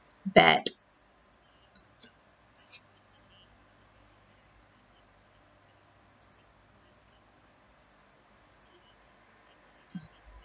bad